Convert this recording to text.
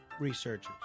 researchers